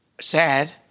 sad